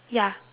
ya